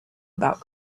about